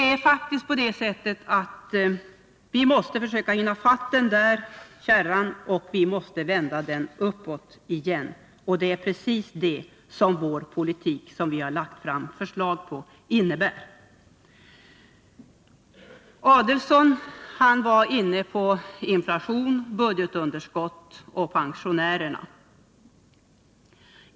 Vi måste faktiskt försöka hinna ifatt den där kärran och vända den uppåt igen, och det är precis det som vår politik som vi har lagt fram förslag om innebär. Ulf Adelsohn var inne på inflation, budgetunderskott och pensionärerna.